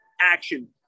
action